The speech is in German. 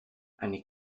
eine